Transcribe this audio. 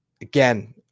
again